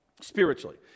spiritually